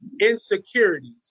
insecurities